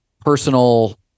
personal